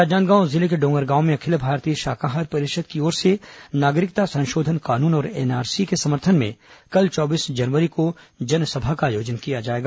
राजनांदगांव जिले के डोंगरगांव में अखिल भारतीय शाकाहार परिषद की ओर से नागरिकता संशोधन कानून और एनआरसी के समर्थन में कल चौबीस जनवरी को जनसभा का आयोजन किया जाएगा